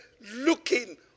Looking